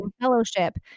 fellowship